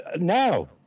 now